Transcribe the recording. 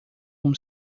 como